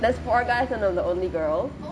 there's four guys and I'm the only girl